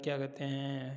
क्या कहते हैं